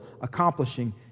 accomplishing